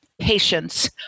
patience